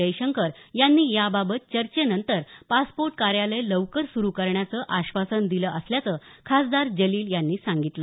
जयशंकर यांनी याबाबत चर्चेनंतर पासपोर्ट कार्यालय लवकर सुरु करण्याचं आश्वासन दिल असल्याच खासदार जलील यांनी सांगितलं